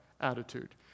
attitude